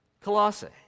Colossae